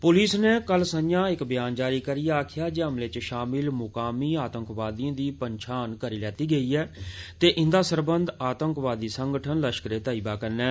police नै कल संजा इक ब्यान जारी करियै आक्खेया जे हमले च शामिल म्कामी आतंकवादियें दी पंछान करी लैती गेई ऐ ते इन्दा सरबंध आतंकवादी संगठन लश्करें तैयबा कन्नै ऐ